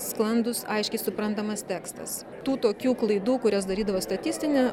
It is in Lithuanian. sklandus aiškiai suprantamas tekstas tų tokių klaidų kurias darydavo statistinio